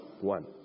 one